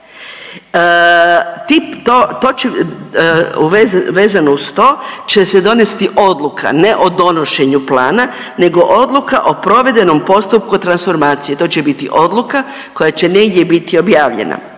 Vezano uz to će se donesti odluka, ne o donošenju plana, nego odluka o provedbenom postupku transformacije. To će biti odluka koja će negdje biti objavljena.